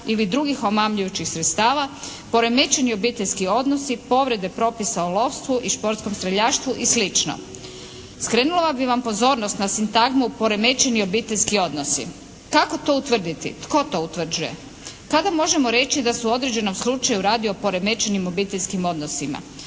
ili drugih omamljujućih sredstava, poremećeni obiteljski odnosi, povrede propisa o lovstvu i športskom streljaštvu i sl. Skrenula bih vam pozornost na sintagmu "poremećeni obiteljski odnosi". Kako to utvrditi? Tko to utvrđuje? Kada možemo reći da se u određenom slučaju radi o poremećenim obiteljskim odnosima?